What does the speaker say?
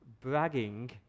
bragging